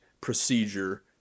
procedure